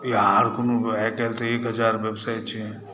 या आर कोनो व्यवसाय आइ काल्हि तऽ एक हजार व्यवसाय छै